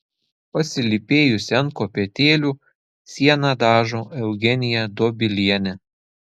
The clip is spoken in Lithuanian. pasilypėjusi ant kopėtėlių sieną dažo eugenija dobilienė